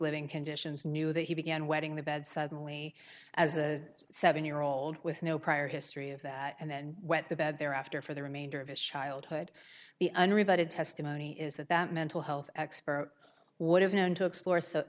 living conditions knew that he began wetting the bed suddenly as a seven year old with no prior history of that and then wet the bed thereafter for the remainder of his childhood the unreported testimony is that that mental health expert would have known to explore so